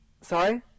Sorry